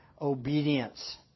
obedience